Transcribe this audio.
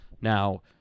Now